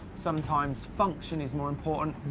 sometimes function is more important.